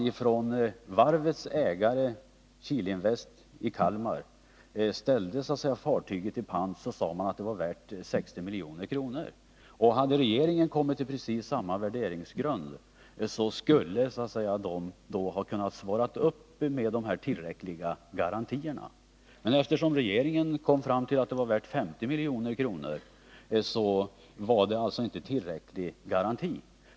Men när fartygets ägare, Kihlinvest AB i Kalmar, satte fartyget i pant, så sade man att det var värt 60 milj.kr. Om regeringen hade kommit fram till samma värdering, så hade man kunnat svara upp med tillräckliga garantier. Men regeringen kom fram till att fartyget var värt 50 milj.kr., och det var inte en tillräcklig pant.